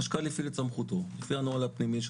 החשכ"ל הפעיל את סמכותו לפי הנוהל הפנימי של